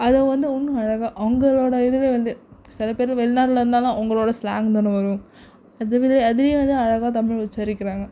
அது வந்து இன்னும் அழகாக அவங்களோட இதில் வந்து சில பேர் வெளி நாட்டில் இருந்தாலும் அவங்களோட ஸ்லாங் தான வரும் அதே மாதிரி அதில் வந்து அழகாக தமிழ் உச்சரிக்கிறாங்க